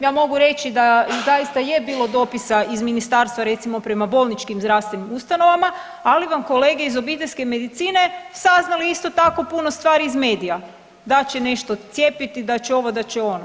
Ja mogu reći da i zaista je bilo dopisa iz Ministarstva recimo prema bolničkim zdravstvenim ustanovama, ali vam kolege iz obiteljske medicine saznala isto tako puno stvari iz medija da će nešto cijepiti, da će ovo, da će ono.